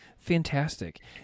Fantastic